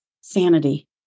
sanity